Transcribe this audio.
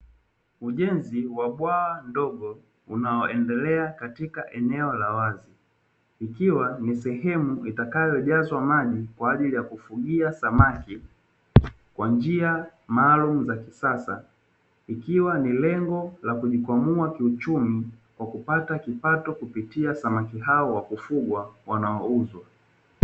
Ujenzi wa bwawa dogo unaoendelea katika eneo la wazi ikiwa ni sehemu itakayojazwa maji kwa ajili ya kufugia samaki kwa njia maalumu za kisasa ikiwa ni lengo la kujikwamua kiuchumi kwa kupata kipato kupitia samaki hao wa kufugwa wanaouzwa.